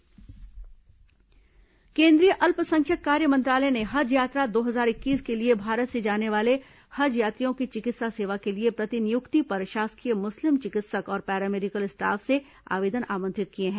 हज आवेदन आमंत्रित केंद्रीय अल्पसंख्यक कार्य मंत्रालय ने हज यात्रा दो हजार इक्कीस के लिए भारत से जाने वाले हज यात्रियों की चिकित्सा सेवा के लिए प्रतिनियुक्ति पर शासकीय मुस्लिम चिकित्सक और पैरामेडिकल स्टाफ से आवेदन आमंत्रित किए हैं